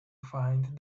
find